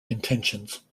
intentions